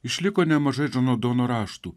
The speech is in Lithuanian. išliko nemažai džono dono raštų